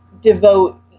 devote